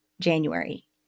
january